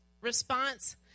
response